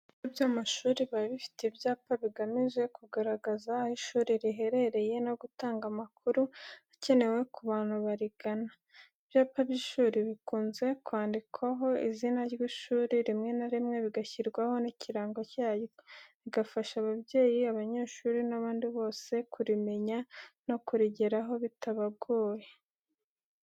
Ibigo by'amashuri biba bifite ibyapa bigamije kugaragaza aho ishuri riherereye no gutanga amakuru akenewe ku bantu barigana. Ibyapa by'ishuri bikunze kwandikwaho izina ry'ishuri, rimwe na rimwe bigashyirwaho n'ikirango cyaryo, bigafasha ababyeyi, abanyeshuri n'abandi bose kurimenya, no kurigeraho bitabagoye.